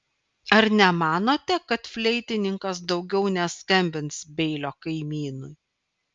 ar nemanote kad fleitininkas daugiau neskambins beilio kaimynui